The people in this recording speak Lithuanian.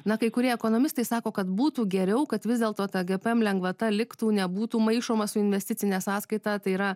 na kai kurie ekonomistai sako kad būtų geriau kad vis dėlto ta gpm lengvata liktų nebūtų maišoma su investicine sąskaite tai yra